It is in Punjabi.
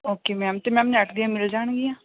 ਓਕੇ ਮੈਮ ਅਤੇ ਮੈਮ ਨੈੱਟ ਦੀਆਂ ਮਿਲ ਜਾਣਗੀਆਂ